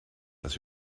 das